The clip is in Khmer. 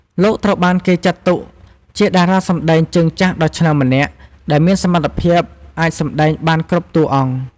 លោកត្រូវបានគេចាត់ទុកជាតារាសម្តែងជើងចាស់ដ៏ឆ្នើមម្នាក់ ដែលមានសមត្ថភាពអាចសម្តែងបានគ្រប់តួអង្គ។